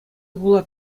хула